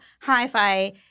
Hi-Fi